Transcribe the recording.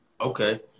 Okay